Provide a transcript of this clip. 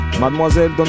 Mademoiselle